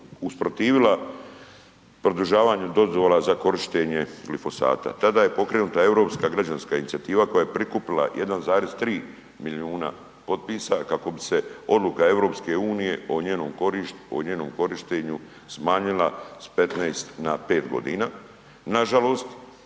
usprotivila produžavanju dozvola za korištenje glifosata. Tada je pokrenuta Europska građanska inicijativa koja je prikupila 1,3 milijuna potpisa kako bi se odluka EU o njenom korištenju smanjila s 15 na 5 godina. Nažalost,